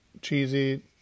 cheesy